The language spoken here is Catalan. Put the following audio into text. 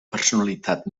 personalitat